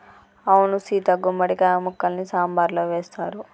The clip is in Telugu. అవును సీత గుమ్మడి కాయ ముక్కల్ని సాంబారులో వేస్తారు